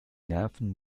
nerven